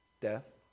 Death